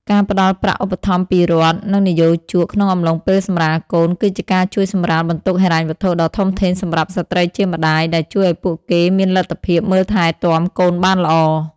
ការផ្តល់ប្រាក់ឧបត្ថម្ភពីរដ្ឋ និងនិយោជកក្នុងអំឡុងពេលសម្រាលកូន គឺជាការជួយសម្រាលបន្ទុកហិរញ្ញវត្ថុដ៏ធំធេងសម្រាប់ស្ត្រីជាម្តាយ ដែលជួយឱ្យពួកគេមានលទ្ធភាពមើលថែទាំកូនបានល្អ។